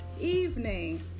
evening